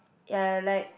ya like